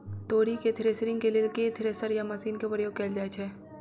तोरी केँ थ्रेसरिंग केँ लेल केँ थ्रेसर या मशीन केँ प्रयोग कैल जाएँ छैय?